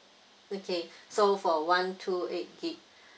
okay so for one two eight gig